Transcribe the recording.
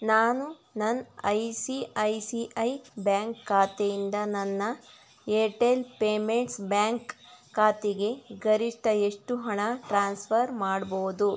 ನಾನು ನನ್ನ I C I C I bank ಖಾತೆಯಿಂದ ನನ್ನ ಏರ್ಟೆಲ್ ಪೇಮೆಂಟ್ಸ್ ಬ್ಯಾಂಕ್ ಖಾತೆಗೆ ಗರಿಷ್ಠ ಎಷ್ಟು ಹಣ ಟ್ರಾನ್ಸ್ಫರ್ ಮಾಡ್ಬೋದು